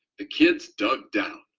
the kids dug down.